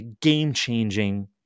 game-changing